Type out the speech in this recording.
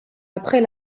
après